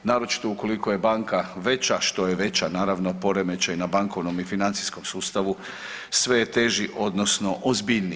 Naročito ukoliko je banka veća, što je veća naravno poremećaj na bankovnom i financijskom sustavu, sve je teži odnosno ozbiljniji.